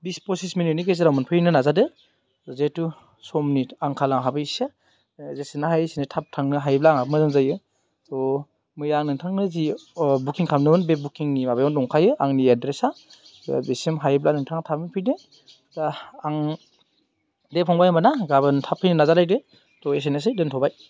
बिस पसिस मिनिटनि गेजेराव मोनफैनो नाजादो जेहेथु समनि आंखाल आंहाबो एसे जेसेनो हायो एसेनो थाब थांनो हायोब्ला आंहाबो मोजां जायो थ' मैया नोंथांनाव जे बुकिं खालामदोंमोन बे बुखिंनि माबायावनो दंखायो आंनि एद्रेसा बेसिम हायोब्ला थाबैनो फैदो आं दे फंबाया गाबोन थाब फैनो नाजालादो थ' एसेनोसै दोनथ'बाय